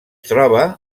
troba